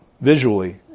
visually